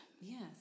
Yes